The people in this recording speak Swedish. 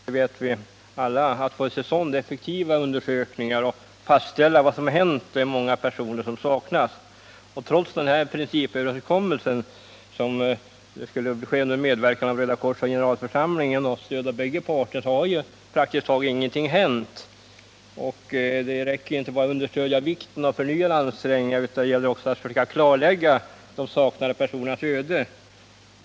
Herr talman! Jag är glad över att man kan vänta nya initiativ för att få i gång samtalen i den här frågan. Det är som vi alla vet svårt att få till stånd effektiva undersökningar så att man kan fastställa vad som hänt de många personer som saknas. Trots den principöverenskommelse som föreligger om ett samarbete mellan Internationella röda korset och FN:s generalförsamling har ju praktiskt taget ingenting hänt. Det räcker inte med att bara understryka vikten av förnyade ansträngningar, utan det gäller också att försöka klarlägga de saknade personernas öde.